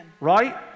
right